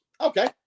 Okay